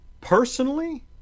personally